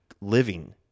living